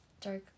dark